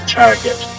target